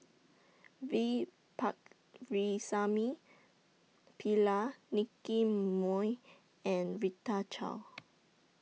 V Pakirisamy Pillai Nicky Moey and Rita Chao